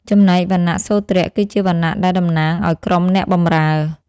ចំណែកវណ្ណៈសូទ្រ គឺជា វណ្ណៈដែលតំណាងឲ្យក្រុមអ្នកបម្រើ។